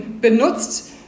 benutzt